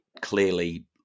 clearly